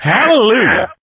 Hallelujah